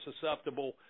susceptible